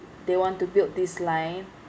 they want to build this line